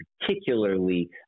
particularly